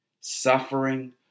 suffering